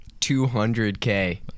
200k